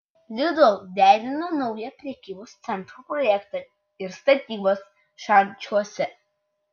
lidl derina naują prekybos centro projektą ir statybas šančiuose